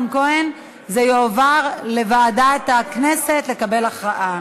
בלבד תועבר לוועדת הכנסת לקבלת הכרעה.